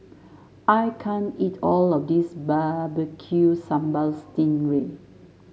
I can't eat all of this Barbecue Sambal Sting Ray